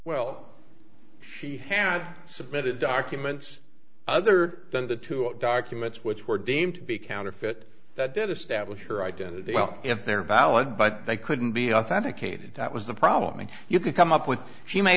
well she had submitted documents other than the two documents which were deemed to be counterfeit that did establish her identity well if they're valid but they couldn't be authenticated that was the problem and you could come up with she may